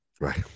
Right